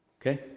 Okay